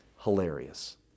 hilarious